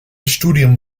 studium